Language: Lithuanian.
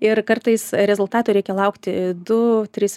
ir kartais rezultato reikia laukti du tris